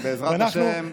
בעזרת השם.